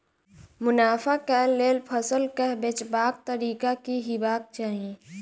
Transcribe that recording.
मुनाफा केँ लेल फसल केँ बेचबाक तरीका की हेबाक चाहि?